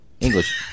English